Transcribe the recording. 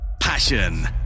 passion